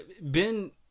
Ben